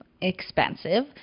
expensive